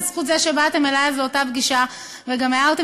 בזכות זה שבאתם אלי לאותה פגישה וגם הערתם